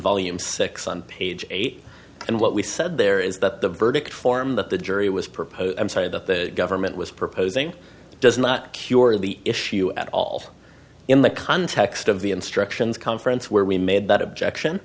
volume six on page eight and what we said there is that the verdict form that the jury was proposed i'm sorry that the government was proposing does not cure the issue at all in the context of the instructions conference where we made that objection